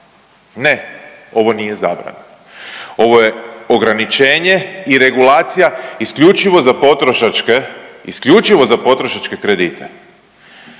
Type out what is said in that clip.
ne ovo nije zabrana. Ovo je ograničenje i regulacija isključivo za potrošačke kredite.